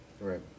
Right